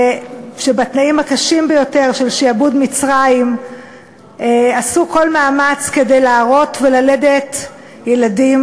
שבתנאים הקשים ביותר של שעבוד מצרים עשו כל מאמץ כדי להרות וללדת ילדים.